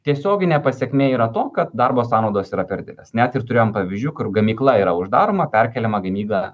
tiesioginė pasekmė yra to kad darbo sąnaudos yra per didelės net ir turėjom pavyzdžių kur gamykla yra uždaroma perkeliama gamyba